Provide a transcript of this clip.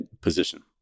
position